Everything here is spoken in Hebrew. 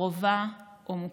קרובה או מוכרת.